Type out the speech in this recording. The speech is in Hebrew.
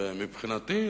ומבחינתי,